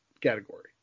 category